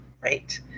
right